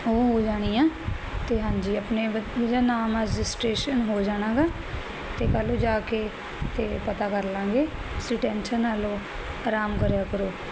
ਉਹ ਹੋ ਜਾਣੀ ਆ ਤੇ ਹਾਂਜੀ ਆਪਣੇ ਬੱਚੇ ਦਾ ਨਾਮ ਰਜਿਸਟਰੇਸ਼ਨ ਹੋ ਜਾਣਾ ਤੇ ਕੱਲ ਨੂੰ ਜਾ ਕੇ ਤੇ ਪਤਾ ਕਰ ਲਾਂਗੇ ਤੁਸੀਂ ਟੈਂਸ਼ਨ ਨਾ ਲੋ ਆਰਾਮ ਕਰਿਆ ਕਰੋ